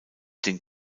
den